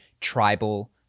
tribal